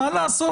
מה לעשות,